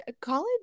college